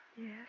Yes